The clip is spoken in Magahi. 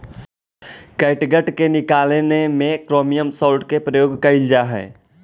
कैटगट के निकालने में क्रोमियम सॉल्ट के प्रयोग कइल जा हई